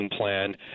plan